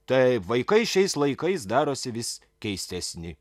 taip vaikai šiais laikais darosi vis keistesni